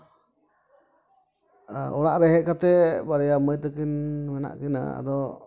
ᱟᱨ ᱚᱲᱟᱜ ᱨᱮ ᱦᱮᱡ ᱠᱟᱛᱮᱫ ᱵᱟᱨᱭᱟ ᱢᱟᱹᱭ ᱛᱟᱹᱠᱤᱱ ᱢᱮᱱᱟᱜ ᱠᱤᱱᱟᱹ ᱟᱫᱚ